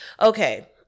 Okay